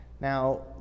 Now